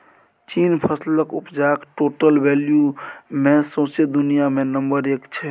चीन फसलक उपजाक टोटल वैल्यू मे सौंसे दुनियाँ मे नंबर एक छै